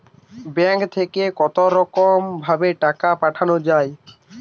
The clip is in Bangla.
ব্যাঙ্কের থেকে কতরকম ভাবে টাকা পাঠানো য়ায়?